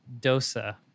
dosa